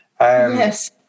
Yes